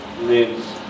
lives